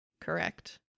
correct